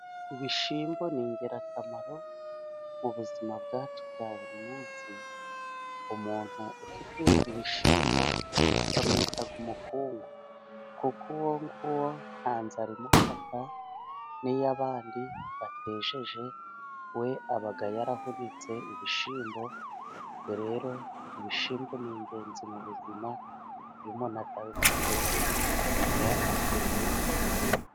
Ibishyimbo ni ingirakamaro mu buzima bwacu bwa buri munsi. Umuntu ufite ibishyimbo bamwita umukungu, kuko uwonguwo nta nzara imufata, n'iy'abandi batejeje we aba yarahunitse ibishyimbo. Ubwo rero ibishyimbo ni ingenzi mu buzima. Iyo umuntu atabifite aba afite ibibazo.